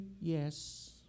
yes